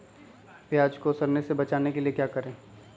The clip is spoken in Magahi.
प्याज को सड़ने से बचाने के लिए क्या करें?